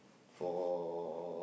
for